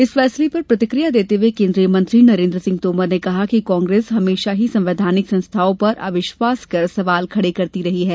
इस फैसले पर प्रतिकिया देते हुए केन्द्रीय मंत्री नरेन्द्र सिंह तोमर ने कहा कि कांग्रेस हमेशा ही संवैधानिक संस्थाओं पर अविश्वास कर सवाल खड़े करते रही है